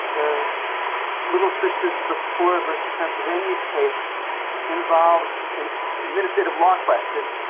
the little sisters of the poor of ah so pennsylvania. case involves an administrative law question,